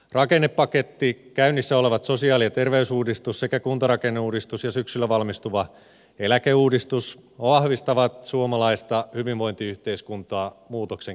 rakennepaketti käynnissä olevat sosiaali ja terveysuudistus sekä kuntarakenneuudistus ja syksyllä valmistuva eläkeuudistus vahvistavat suomalaista hyvinvointiyhteiskuntaa muutoksen keskellä